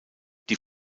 die